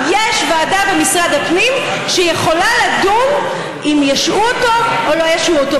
יש ועדה במשרד הפנים שיכולה לדון אם ישעו אותו או לא ישעו אותו.